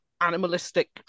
animalistic